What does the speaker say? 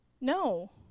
No